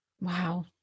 Wow